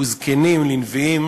וזקנים לנביאים,